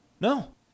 No